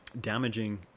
damaging